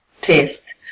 test